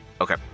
Okay